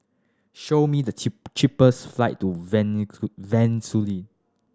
show me the cheap cheapest flight to Venezuela